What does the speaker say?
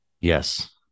Yes